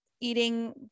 eating